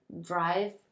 drive